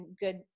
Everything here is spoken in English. good